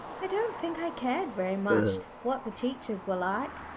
i don't think i cared very much what the teachers were like.